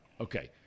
Okay